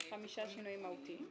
חמישה שינויים מהותיים.